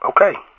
Okay